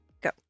go